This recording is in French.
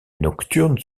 nocturnes